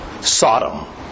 Sodom